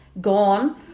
gone